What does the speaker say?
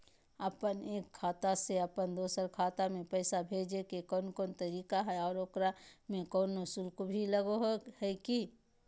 अपन एक खाता से अपन दोसर खाता में पैसा भेजे के कौन कौन तरीका है और ओकरा में कोनो शुक्ल भी लगो है की?